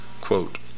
Quote